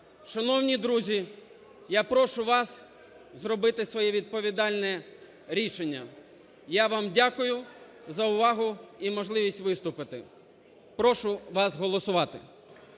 Шановні друзі! Я прошу вас зробити своє відповідальне рішення. Я вам дякую за увагу і можливість виступити. Прошу вас голосувати.